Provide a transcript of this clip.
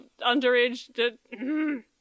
Underage